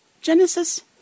Genesis